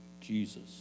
Jesus